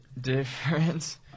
Difference